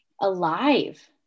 alive